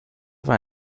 war